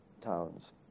towns